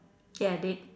ya they